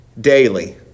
daily